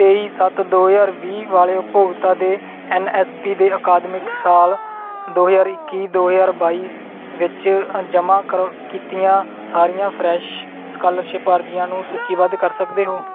ਤੇਈ ਸੱਤ ਦੋ ਹਜ਼ਾਰ ਵੀਹ ਵਾਲੇ ਉਪਭੋਗਤਾ ਦੇ ਐਨ ਐਸ ਪੀ ਦੇ ਅਕਾਦਮਿਕ ਸਾਲ ਦੋ ਹਜ਼ਾਰ ਇੱਕੀ ਦੋ ਹਜ਼ਾਰ ਬਾਈ ਵਿੱਚ ਜਮ੍ਹਾਂ ਕਰ ਕੀਤੀਆਂ ਸਾਰੀਆਂ ਫਰੈਸ਼ ਸਕਾਲਰਸ਼ਿਪ ਅਰਜ਼ੀਆਂ ਨੂੰ ਸੂਚੀਬੱਧ ਕਰ ਸਕਦੇ ਹੋ